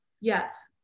Yes